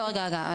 לא, רגע, רגע.